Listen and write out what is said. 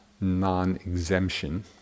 non-exemption